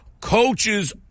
Coaches